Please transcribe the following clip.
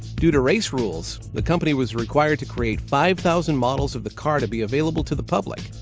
due to race rules the company was required to create five thousand models of the car to be available to the public.